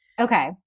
Okay